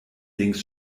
links